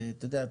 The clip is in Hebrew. אתה יודע,